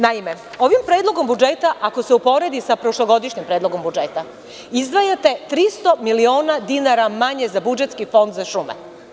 Naime, ovim predlogom budžeta, ako se uporedi sa prošlogodišnjim predlogom budžeta, izdvajate 300 miliona dinara manje za budžetski fond za šume.